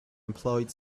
employed